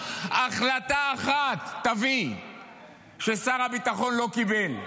החלטה אחת תביא ששר הביטחון לא קיבל,